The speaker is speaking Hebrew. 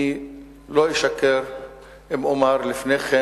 אני לא אשקר אם אומר שלפני כן